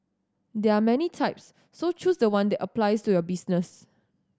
there are many types so choose the one that applies to your business